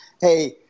Hey